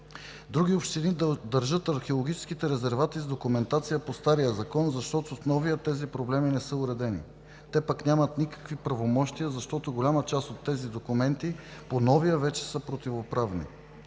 Други общини държат археологическите резервати с документация по стария закон, защото в новия тези проблеми не са уредени. Те нямат никакви правомощия, защото пък голяма част от тези документи по новия вече са противоправни.